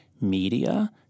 media